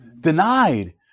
denied